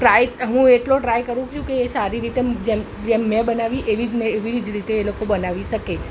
try હું એટલો try કરું છું કે એ સારી રીતે જેમ મેં બનાવી એવી જ ને એવી જ રીતે એ લોકો બનાવી શકે